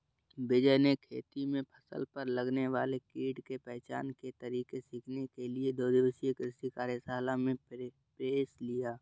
विजय ने खेती में फसल पर लगने वाले कीट के पहचान के तरीके सीखने के लिए दो दिवसीय कृषि कार्यशाला में प्रवेश लिया